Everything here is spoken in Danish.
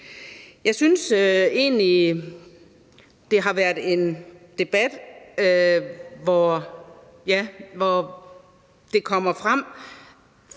Jeg synes egentlig, det har været en debat, hvor det er kommet frem,